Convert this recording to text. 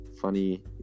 funny